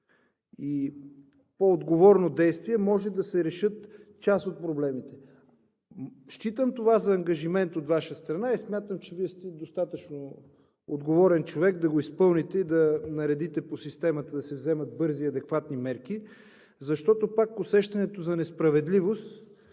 и по-отговорно действие може да се решат част от проблемите. Считам това за ангажимент от Ваша страна. Смятам, че Вие сте достатъчно отговорен човек да го изпълните, да наредите по системата да се вземат бързи и адекватни мерки, защото пак усещането за несправедливост